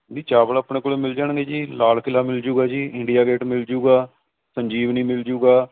ਜੀ ਚਾਵਲ ਆਪਣੇ ਕੋਲ ਮਿਲ ਜਾਣਗੇ ਜੀ ਲਾਲ ਕਿਲਾ ਮਿਲ ਜਾਊਗਾ ਜੀ ਇੰਡੀਆ ਗੇਟ ਮਿਲ ਜਾਊਗਾ ਸੰਜੀਵਨੀ ਮਿਲ ਜਾਊਗਾ